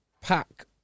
Pack